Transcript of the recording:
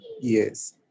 Yes